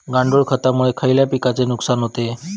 गांडूळ खतामुळे खयल्या पिकांचे नुकसान होते?